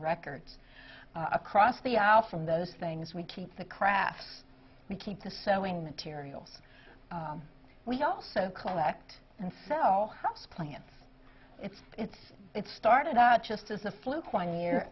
records across the aisle from those things we keep the crafts we keep the sewing materials we also collect and sell house plants it's it's it started out just as a fluke one year